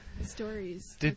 Stories